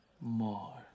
more